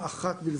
תרבות ורוח.